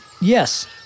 Yes